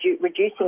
reducing